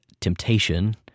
temptation